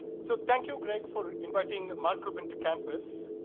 so thank you, greg, for inviting mark cuban to campus.